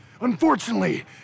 Unfortunately